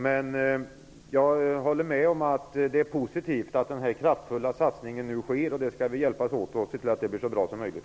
Men jag håller med om att den kraftfulla satsning som nu görs är positiv. Vi skall hjälpas åt för att det skall bli så bra som möjligt.